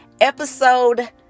episode